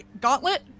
gauntlet